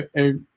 a